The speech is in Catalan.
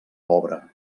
obra